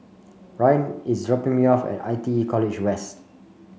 Ryann is dropping me off at I T E College West